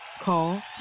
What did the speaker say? Call